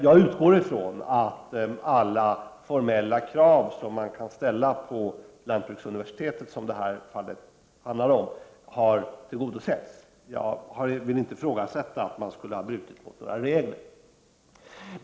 Jag utgår från att alla formella krav som man kan ställa på lantbruksuniversitetet, som det i det här fallet handlar om, har tillgodosetts. Jag vill inte ifrågasätta att man skulle ha brutit mot några regler.